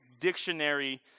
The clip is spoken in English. dictionary